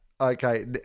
Okay